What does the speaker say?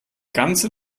ganze